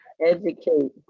Educate